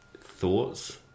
thoughts